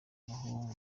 bibaho